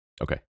Okay